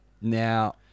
Now